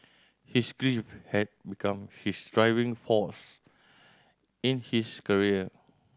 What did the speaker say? his grief had become his driving force in his career